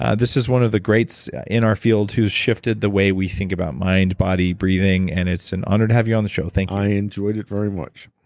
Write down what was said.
ah this is one of the greats in our field who's shifted the way we think about mind, body, breathing, and it's an honor to have you on the show. thank you i enjoyed it very much